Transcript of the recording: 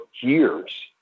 years